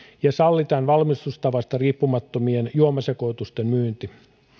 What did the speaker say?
ja sallittavaksi valmistustavasta riippumatta juomasekoitusten myynti